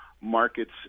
markets